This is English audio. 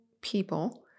people